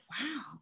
wow